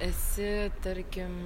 esi tarkim